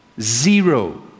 zero